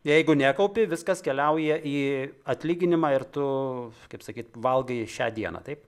jeigu nekaupi viskas keliauja į atlyginimą ir tu kaip sakyt valgai šią dieną taip